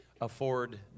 afford